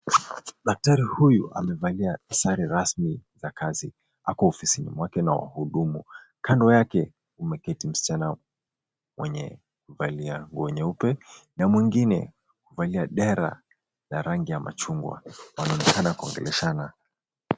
Daktari huyu amevalia sare rasmi za kazi, ako ofisini kwake na wahudumu. Kando yake kumeketi msichana wenye kuvalia nguo nyeupe na mwengine kuvalia dera la rangi ya machungwa wanaonekana kuongeleshana.